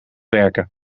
werken